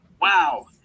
Wow